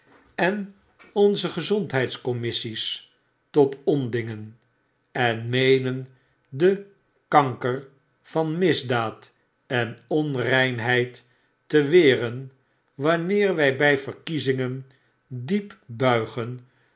en onze gezondheidscommissies tot ondingen en meenen den kanker van misdaad en onreinheid te weren wanneer wij by verkiezingen diep buigen